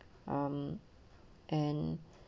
um and